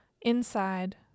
Inside